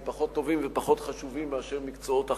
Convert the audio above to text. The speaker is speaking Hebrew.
הם פחות טובים מאשר מקצועות אחרים.